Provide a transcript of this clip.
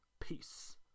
Peace